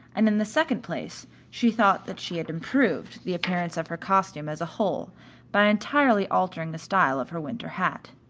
and in the second place she thought that she had improved the appearance of her costume as a whole by entirely altering the style of her winter hat.